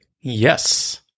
Yes